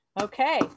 Okay